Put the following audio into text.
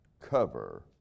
cover